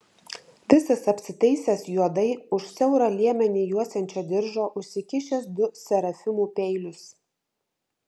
visas apsitaisęs juodai už siaurą liemenį juosiančio diržo užsikišęs du serafimų peilius